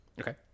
Okay